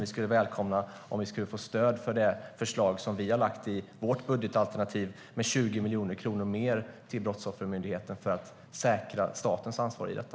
Vi skulle välkomna stöd för det förslag som vi har lagt i vårt budgetalternativ med 20 miljoner kronor mer till Brottsoffermyndigheten för att säkra statens ansvar i detta.